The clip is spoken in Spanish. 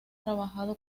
trabajado